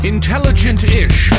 Intelligent-ish